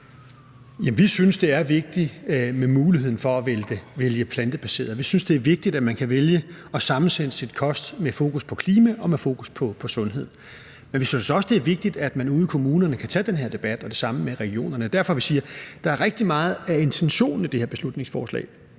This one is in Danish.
at det er vigtigt med muligheden for at vælge det plantebaserede. Vi synes, at det er vigtigt, at man kan vælge at sammensætte sin kost med fokus på klima og med fokus på sundhed. Men vi synes også, at det er vigtigt, at man ude i kommunerne kan tage den her debat – og det samme med regionerne. Det er derfor, vi siger: Der er rigtig meget af intentionen i det her beslutningsforslag,